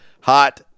Hot